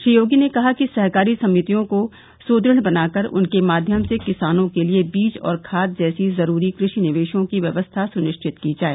श्री योगी ने कहा कि सहकारी समितियों को सुदुढ़ बना कर उनके माध्यम से किसानों के लिये बीज और खाद जैसी जरूरी कृषि निवेशों की व्यवस्था सुनिश्चित की जाय